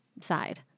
side